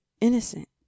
innocent